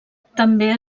també